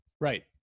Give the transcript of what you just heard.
Right